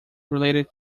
related